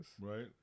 Right